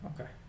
Okay